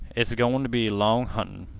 it s goin t' be long huntin'.